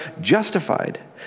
justified